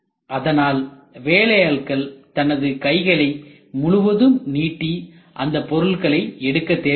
அதனால் வேலையாட்கள் தனது கைகளை முழுவதும் நீட்டி அந்த பொருட்களை எடுக்க தேவையில்லை